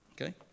okay